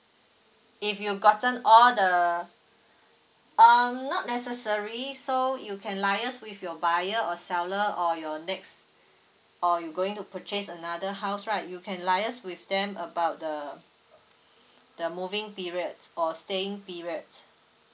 if you gotten all the um not necessary so you can liaise with your buyer or seller or your next or you going to purchase another house right you can liaise with them about the the moving period or staying period.